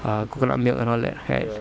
err coconut milk and all that right